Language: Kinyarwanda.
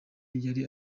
yari